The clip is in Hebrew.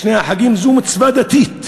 בשני החגים זו מצווה דתית